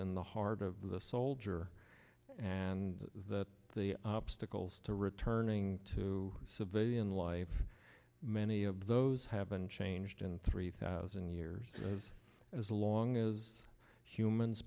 in the heart of the soldier and that the obstacles to returning to civilian life many of those haven't changed in three thousand years is as long as humans